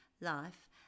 life